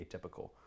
atypical